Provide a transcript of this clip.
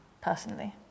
personally